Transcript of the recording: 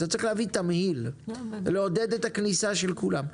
אתה צריך להביא תמהיל ולעודד את הכניסה של כולם.